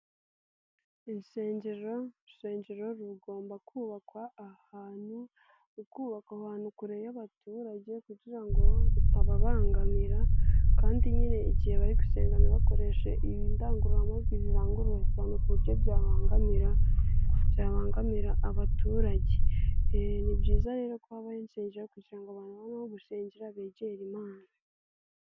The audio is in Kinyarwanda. Insengero, urusengero rugomba kubakwa ahantu, rukubakwa ahantu kure y'abaturage kugira ngo rutababangamira kandi nyine igihe bari gusenga ntibakoreshe indangururamajwi zirangurura cyane kuburyo byabangamira abaturage, ni byiza rero ko habaho insengengeraro kugira ngo abantu babone aho gusengera, begere imana.